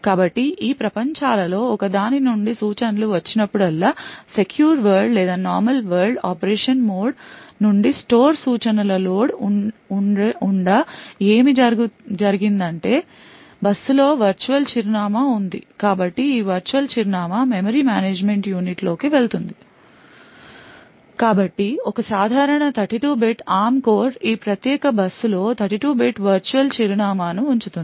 కాబట్టి ఈ ప్రపంచాలలో ఒకదాని నుండి సూచనలు వచ్చినప్పుడల్లా సెక్యూర్ వరల్డ్ లేదా నార్మల్ వరల్డ్ ఆపరేషన్ మోడ్నుండి స్టోర్ సూచన ల లోడ్ ఉండ ఏమి జరిగిందంటే బస్సులో వర్చువల్ చిరునామా ఉంది కాబట్టి ఈ వర్చువల్ చిరునామా మెమరీ మేనేజ్మెంట్ యూనిట్లోకి వెళుతుంది కాబట్టి ఒక సాధారణ 32 బిట్ ARM కోర్ ఈ ప్రత్యేక బస్సులో 32 బిట్ వర్చువల్ చిరునామాను ఉంచుతుంది